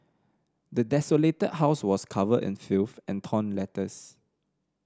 the desolated house was covered in filth and torn letters